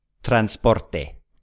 transporte